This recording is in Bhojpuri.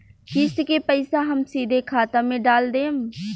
किस्त के पईसा हम सीधे खाता में डाल देम?